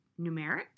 numeric